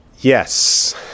Yes